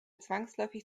zwangsläufig